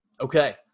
Okay